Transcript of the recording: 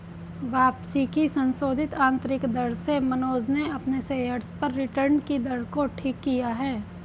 वापसी की संशोधित आंतरिक दर से मनोज ने अपने शेयर्स पर रिटर्न कि दर को ठीक किया है